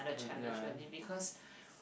ya